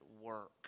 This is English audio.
work